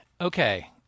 Okay